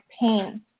pain